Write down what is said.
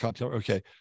okay